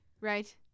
Right